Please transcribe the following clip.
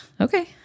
okay